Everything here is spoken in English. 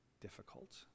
difficult